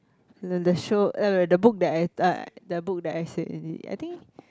the the show uh the book that I the book that I said is it I think